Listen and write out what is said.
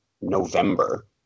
November